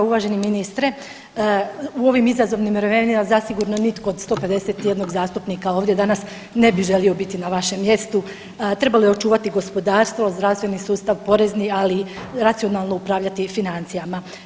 Uvaženi ministre u ovim izazovnim vremenima zasigurno nitko od 151 zastupnika ovdje danas ne bi želio biti na vašem mjestu treba li očuvati gospodarstvo, zdravstveni sustav, porezni ali racionalno upravljati financijama.